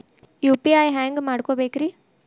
UPI ಹ್ಯಾಂಗ ಮಾಡ್ಕೊಬೇಕ್ರಿ?